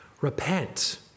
repent